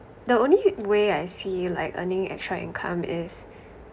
the only way I see you like earning extra income is